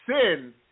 sin